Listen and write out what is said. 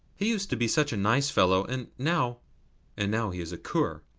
he used to be such a nice fellow, and now and now he is a cur,